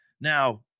now